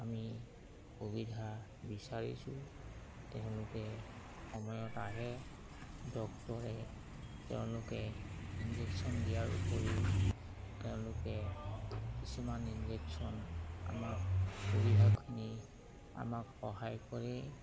আমি সুবিধা বিচাৰিছোঁ তেওঁলোকে সময়ত আহে ডক্তৰে তেওঁলোকে ইনজেকশ্যন দিয়াৰ উপৰিও তেওঁলোকে কিছুমান ইনজেকশ্যন আমাক সুবিধাখিনি আমাক সহায় কৰে